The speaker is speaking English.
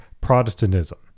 Protestantism